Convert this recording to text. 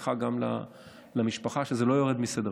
ודרכך גם למשפחה, שזה לא יורד מסדר-היום.